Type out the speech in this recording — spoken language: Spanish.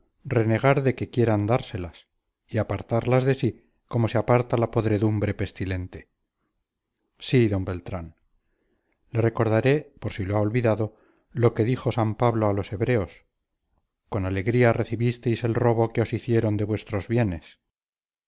renegar de que quieran dárselas y apartarlas de sí como se aparta la podredumbre pestilente sí d beltrán le recordaré por si lo ha olvidado lo que dijo san pablo a los hebreos con alegría recibisteis el robo que os hicieron de vuestros bienes